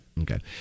Okay